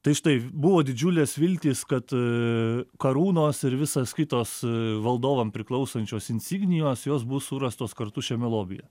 tai štai buvo didžiulės viltys kad karūnos ir visas kitos valdovam priklausančios insignijos jos bus surastos kartu šiame lobyje